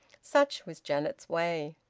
such was janet's way.